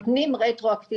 אנחנו נותנים רטרואקטיבית,